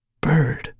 Bird